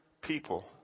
people